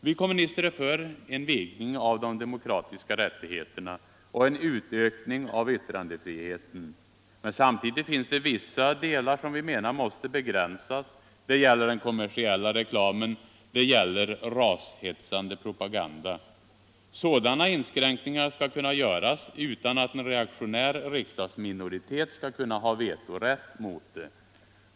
Vi kommunister är för en vidgning av de demokratiska rättigheterna och en utökning av yttrandefriheten. Men samtidigt finns det vissa delar som vi menar måste begränsas. Det gäller den kommersiella reklamen och det gäller rashetsande propaganda. Sådana inskränkningar skall kunna göras utan att en reaktionär riksdagsmajoritet skall kunna ha vetorätt mot det.